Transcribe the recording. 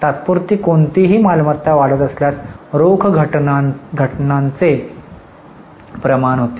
तात्पुरती कोणतीही मालमत्ता वाढत असल्यास रोख घटण्याचे प्रमाण होते